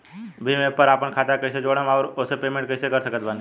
Bhim app पर आपन खाता के कईसे जोड़म आउर ओसे पेमेंट कईसे कर सकत बानी?